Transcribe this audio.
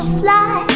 fly